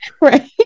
Right